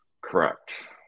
correct